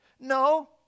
No